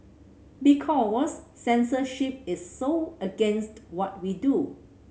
because censorship is so against what we do